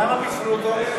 למה פיצלו אותו?